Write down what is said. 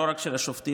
לא רק של השופטים,